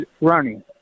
running